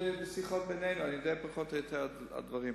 משיחות בינינו אני יודע פחות או יותר את הדברים.